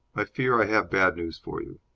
i fear i have bad news for you.